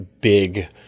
big